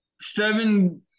seven